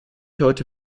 heute